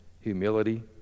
humility